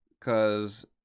cause